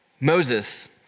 Moses